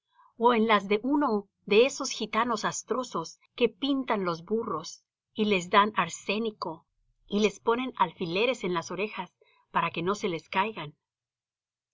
ó en las de uno de esos gitanos astrosos que pintan los burros y les dan arsénico y les ponen alfileres en las orejas para qué no se les caigan